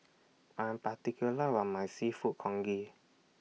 I Am particular Are My Seafood Congee